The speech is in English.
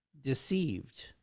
deceived